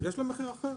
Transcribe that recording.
יש לו מחיר אחר,